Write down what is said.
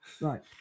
right